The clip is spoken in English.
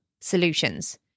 solutions